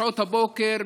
בשעות הבוקר,